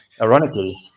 ironically